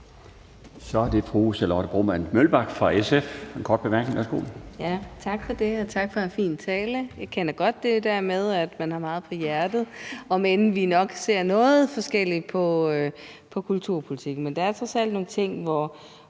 Kl. 13:07 Charlotte Broman Mølbæk (SF): Tak for det, og tak for en fin tale. Jeg kender godt det der med, at man har meget på hjerte, om end vi nok ser noget forskelligt på kulturpolitikken. Men der er trods alt nogle ting, hvor